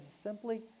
simply